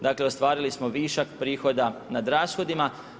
Dakle, ostvarili smo višak prihoda nad rashodima.